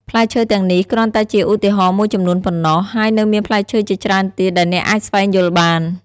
ផ្លែឈើទាំងនេះគ្រាន់តែជាឧទាហរណ៍មួយចំនួនប៉ុណ្ណោះ ហើយនៅមានផ្លែឈើជាច្រើនទៀតដែលអ្នកអាចស្វែងយល់បាន។